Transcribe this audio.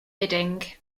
bidding